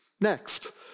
Next